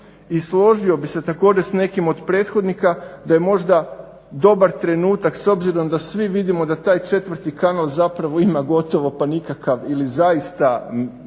I složio bih se također s nekim od prethodnika da je možda dobar trenutak s obzirom da svi vidimo da taj 4. kanal zapravo ima gotovo pa nikakav ili zaista usudit